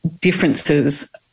differences